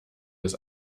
des